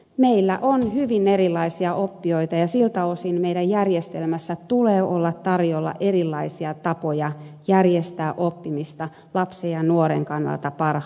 meillä on hyvin erilaisia oppijoita ja siltä osin meidän järjestelmässämme tulee olla tarjolla erilaisia tapoja järjestää oppimista lapsen ja nuoren kannalta parhaalla tavalla